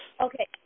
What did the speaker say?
Okay